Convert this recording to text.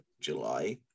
July